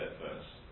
first